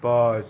पाँच